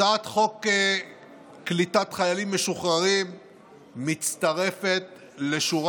הצעת חוק קליטת חיילים משוחררים מצטרפת לשורה